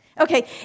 Okay